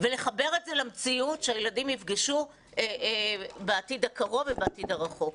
ולחבר את זה למציאות שהילדים יפגשו בעתיד הקרוב ובעתיד הרחוק.